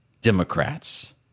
Democrats